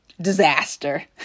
disaster